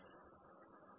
V